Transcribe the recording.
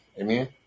Amen